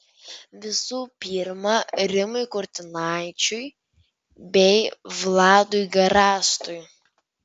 visų pirma rimui kurtinaičiui bei vladui garastui